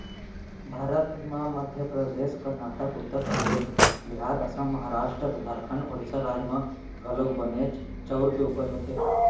भारत म मध्य परदेस, करनाटक, उत्तर परदेस, बिहार, असम, महारास्ट, झारखंड, ओड़ीसा राज म घलौक बनेच चाँउर के उपज होथे